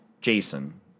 Jason